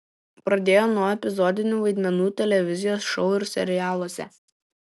pradėjo nuo epizodinių vaidmenų televizijos šou ir serialuose